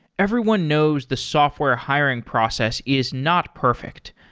everyone knows the software hiring process is not perfect.